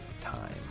Time